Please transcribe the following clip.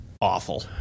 awful